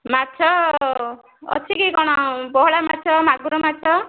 ମାଛ ଅଛିକି କଣ ପୋହଳା ମାଛ ମାଗୁର ମାଛ